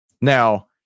Now